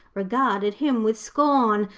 regarded him with scorn.